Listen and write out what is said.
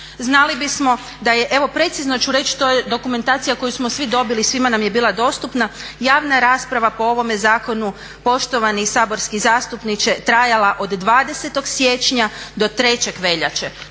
Znali bismo da je, evo precizno ću reći, to je dokumentacija koju smo svi dobili, svima nam je bila dostupna, javna rasprava po ovome zakonu poštovani saborski zastupniče trajala od 20. siječnja do 3. veljače.